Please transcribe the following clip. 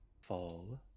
fall